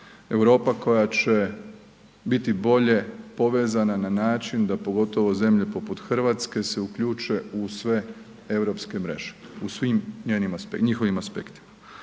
Europa koja će biti bolje povezana na način da pogotovo zemlje poput RH se uključe u sve Europske mreže, u svim njihovim aspektima.